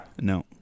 No